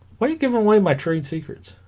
what are you giving away my trade secrets